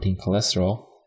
cholesterol